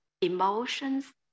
emotions